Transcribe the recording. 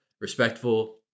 respectful